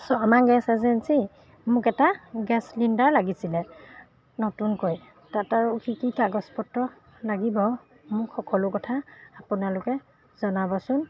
Sharma gas agency মোক এটা gas cylinder লাগিছিলে নতুনকৈ তাত আৰু কি কি কাগজ পত্ৰ লাগিব মোক সকলো কথা আপোনালোকে জনাবচোন